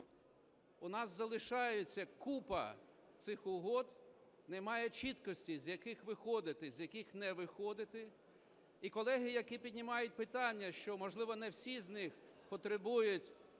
у нас залишається купа цих угод, немає чіткості, з яких виходити, з яких не виходити. І колеги, які піднімають питання, що, можливо, не всі з них потребують